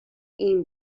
این